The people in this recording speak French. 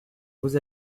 vous